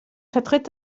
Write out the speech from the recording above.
vertritt